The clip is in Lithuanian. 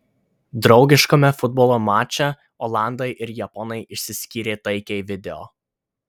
draugiškame futbolo mače olandai ir japonai išsiskyrė taikiai video